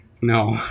No